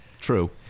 true